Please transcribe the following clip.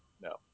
No